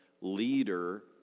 leader